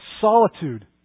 solitude